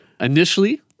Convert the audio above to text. Initially